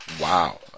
Wow